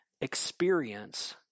experience